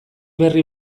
berri